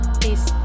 Peace